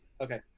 Okay